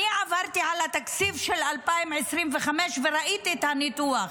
אני עברתי על התקציב של 2025 וראיתי את הניתוח.